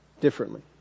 differently